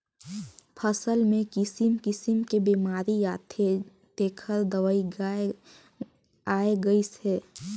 फसल मे किसिम किसिम के बेमारी आथे तेखर दवई आये गईस हे